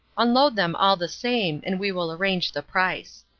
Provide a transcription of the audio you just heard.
unload them all the same, and we will arrange the price.